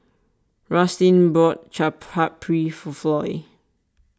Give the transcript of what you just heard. Rustin bought Chaat Papri for Floy